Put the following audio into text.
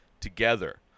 together